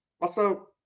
Also-